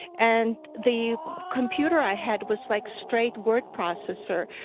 and the computer i had was like straight word processor,